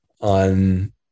on